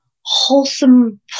wholesome